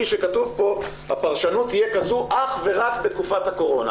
שכתוב פה שהפרשנות תהיה כזו אך ורק בתקופת הקורונה.